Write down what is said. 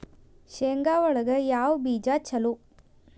ಶೇಂಗಾ ಒಳಗ ಯಾವ ಬೇಜ ಛಲೋ?